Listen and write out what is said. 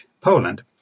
Poland